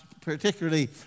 particularly